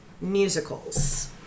musicals